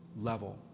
level